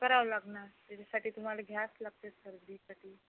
करावं लागणार त्याच्यासाठी तुम्हाला घ्यावंच लागते सर्दीसाठी